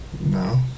no